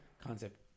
concept